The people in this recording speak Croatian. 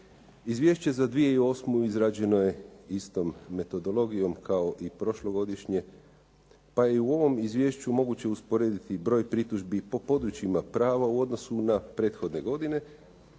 Izvješće za 2008. izrađeno je istom metodologijom kao i prošlogodišnje pa je i u ovom izvješću moguće usporediti broj pritužbi po područjima prava u odnosu na prethodne godine